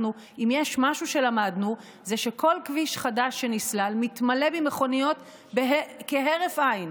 אם יש משהו שלמדנו זה שכל כביש חדש שנסלל מתמלא במכוניות כהרף עין,